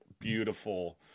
beautiful